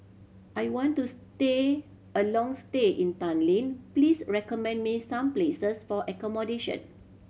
I want to stay a long stay in Tallinn please recommend me some places for accommodation